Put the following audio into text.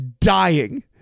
dying